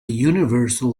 universal